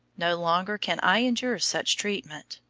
no longer can i endure such treatment,